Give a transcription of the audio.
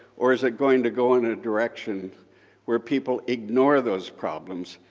or is it going to go in a direction where people ignore those problems,